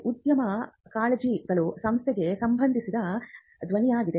ಉದ್ಯಮದ ಕಾಳಜಿಗಳು ಸಂಸ್ಥೆಗೆ ಸಂಬಂಧಿಸಿದ ಧ್ವನಿಯಾಗಿದೆ